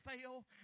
fail